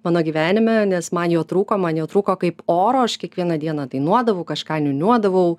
mano gyvenime nes man jo trūko man jo trūko kaip oro aš kiekvieną dieną dainuodavau kažką niūniuodavau